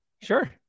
Sure